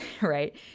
right